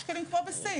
יש כלים כמו בסין,